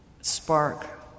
spark